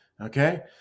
okay